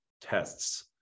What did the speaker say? tests